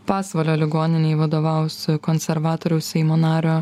pasvalio ligoninei vadovaus konservatoriaus seimo nario